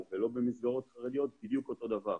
ולא במסגרות חרדיות בדיוק אותו דבר.